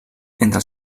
entre